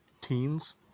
teens